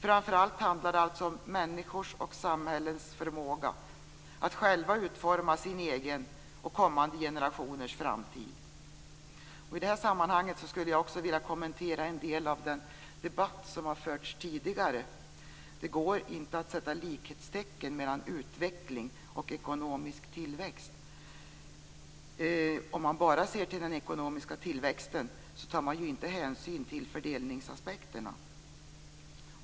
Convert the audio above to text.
Framför allt handlar det om människors och samhällens förmåga att själva utforma sin egen och kommande generationers framtid. I det sammanhanget vill jag kommentera en del av den debatt som har förts tidigare. Det går inte att sätta likhetstecken mellan utveckling och ekonomisk tillväxt. Om man bara ser till den ekonomiska tillväxten tar man inte hänsyn till fördelningsaspekterna.